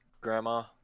Grandma